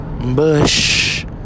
bush